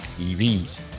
EVs